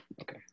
Okay